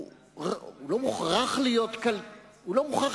הוא לא מוכרח להיות כלכלן,